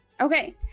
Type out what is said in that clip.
Okay